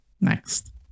next